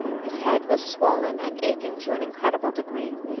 his head was swollen and aching to an incredible degree,